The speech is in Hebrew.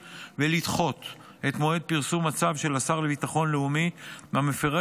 ולדחות את מועד פרסום הצו של השר לביטחון לאומי המפרט